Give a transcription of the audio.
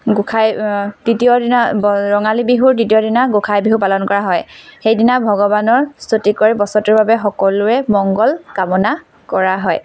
গোসাঁই তৃতীয়দিনা ৰঙালী বিহুৰ তৃতীয়দিনা গোসাঁই বিহু পালন কৰা হয় সেইদিনা ভগৱানৰ স্তুতি কৰি বছৰটোৰ বাবে সকলোৰে মংগল কামনা কৰা হয়